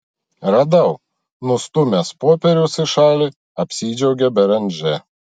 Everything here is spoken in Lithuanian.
radau nustūmęs popierius į šalį apsidžiaugė beranžė